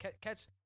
Catch